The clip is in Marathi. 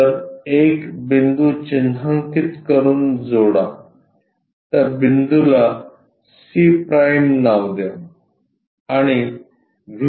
तर एक बिंदू चिन्हांकित करून जोडा त्या बिंदूला c' नाव द्या आणि व्ही